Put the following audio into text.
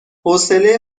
حوصله